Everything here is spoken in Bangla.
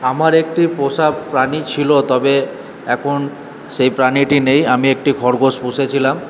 আমার একটি পোষা প্রাণী ছিল তবে এখন সেই প্রাণীটি নেই আমি একটি খরগোশ পুষেছিলাম